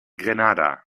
grenada